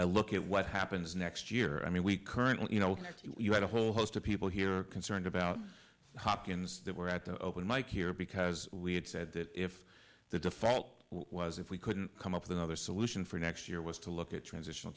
a look at what happens next year i mean we currently you know you had a whole host of people here are concerned about hopkins that we're at the open mike here because we had said that if the default was if we couldn't come up with another solution for next year was to look at transitional